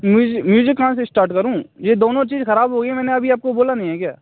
म्यूज़ी music कहाँ से start करूँ यह दोनों चीज़ खराब हो गई हैं मैंने अभी आपको बोला नहीं है क्या